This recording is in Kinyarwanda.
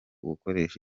gukoresha